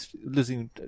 losing